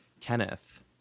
Kenneth